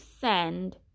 send